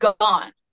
gone